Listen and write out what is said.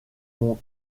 mon